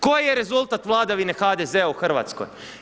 Koji je rezultat vladavine HDZ-a u Hrvatskoj?